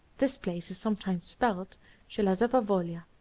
this place is sometimes spelled jeliasovaya-volia.